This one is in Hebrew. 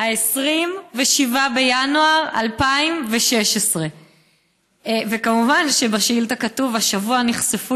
27 בינואר 2016. כמובן שבשאילתה כתוב: השבוע נחשפו